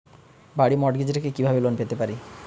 বাড়ি মর্টগেজ রেখে কিভাবে লোন পেতে পারি?